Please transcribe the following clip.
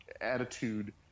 Attitude